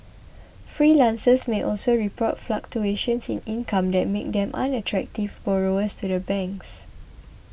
freelancers may also report fluctuations in income that make them unattractive borrowers to the banks